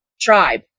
tribe